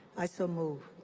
i so move.